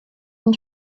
and